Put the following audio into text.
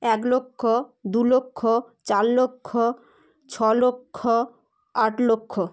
এক লক্ষ দু লক্ষ চার লক্ষ ছ লক্ষ আট লক্ষ